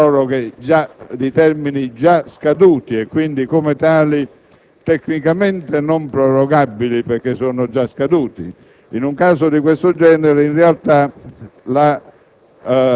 delle proroghe di termini già scaduti e, quindi, come tali, tecnicamente non sono prorogabili. In un caso di questo genere, in realtà, la